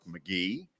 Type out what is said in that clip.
McGee